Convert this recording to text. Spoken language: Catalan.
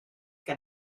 que